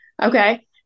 Okay